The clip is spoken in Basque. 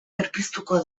berpiztuko